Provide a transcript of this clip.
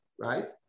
right